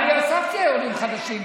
אני הוספתי עולים חדשים,